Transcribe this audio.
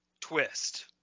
twist